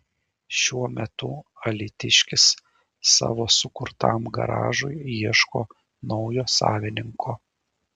šiuo metu alytiškis savo sukurtam garažui ieško naujo savininko